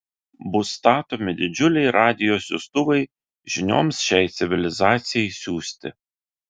bus statomi didžiuliai radijo siųstuvai žinioms šiai civilizacijai siųsti